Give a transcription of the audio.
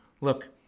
Look